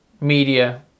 media